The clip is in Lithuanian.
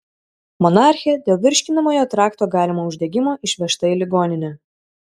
monarchė dėl virškinamojo trakto galimo uždegimo išvežta į ligoninę